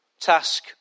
task